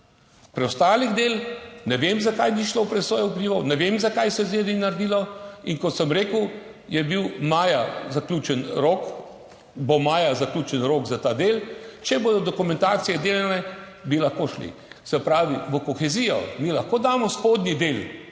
preostala dela ne vem, zakaj ni šlo v presojo vplivov, ne vem, zakaj se ni naredilo. Kot sem rekel, bo maja zaključen rok za ta del. Če bodo dokumentacije delane, bi lahko šli. Se pravi, v kohezijo mi lahko damo spodnji del,